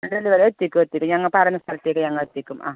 delivery എത്തിക്കും എത്തിക്കും ഞങ്ങൾ പറഞ്ഞ സ്ഥലത്തേക്ക് ഞങ്ങളെത്തിക്കും ആ